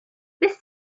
this